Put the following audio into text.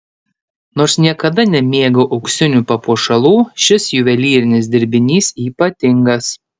nors niekada nemėgau auksinių papuošalų šis juvelyrinis dirbinys ypatingas